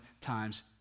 times